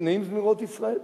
נעים זמירות ישראל.